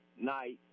night